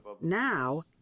Now